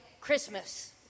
Christmas